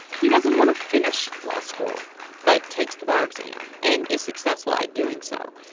he doesn't want to finish law school but takes the bar exam and is successful at doing so.